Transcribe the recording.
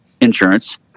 insurance